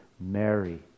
Mary